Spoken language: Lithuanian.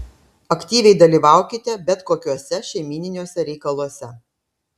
aktyviai dalyvaukite bet kokiuose šeimyniniuose reikaluose